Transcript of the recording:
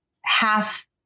half